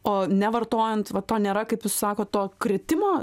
o nevartojant va to nėra kaip jūs sakot to kritimo